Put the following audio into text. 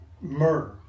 murder